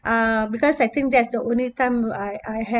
um because I think that's the only time I I have